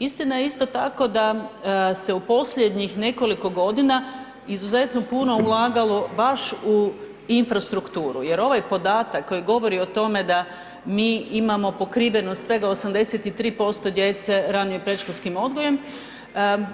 Istina je isto tako da se u posljednjih nekoliko godina izuzetno puno ulagalo baš u infrastrukturu jer ovaj podatak koji govori o tome da mi imamo pokrivenost svega 83% djece ranim i predškolskim odgojem